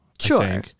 Sure